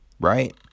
right